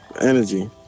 Energy